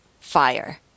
Fire